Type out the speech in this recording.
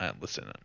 listen